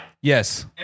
Yes